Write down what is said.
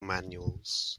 manuals